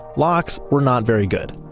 locks were not very good.